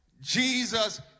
Jesus